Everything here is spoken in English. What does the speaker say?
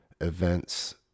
events